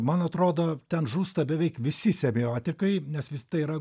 man atrodo ten žūsta beveik visi semiotikai nes vis tai yra